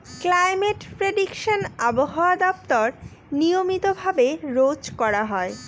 climate prediction আবহাওয়া দপ্তর নিয়মিত ভাবে রোজ করা হয়